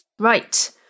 Right